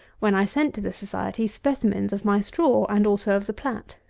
when i sent to the society, specimens of my straw and also of the plat.